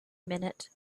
minute